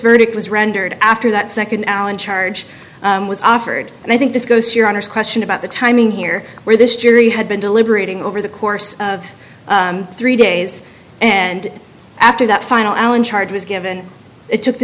verdict was rendered after that second allen charge was offered and i think this goes to your honor's question about the timing here where this jury had been deliberating over the course of three days and after that final allen charge was given it took the